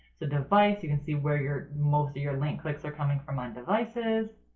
so device, you can see where your most of your link clicks are coming from on devices,